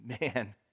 man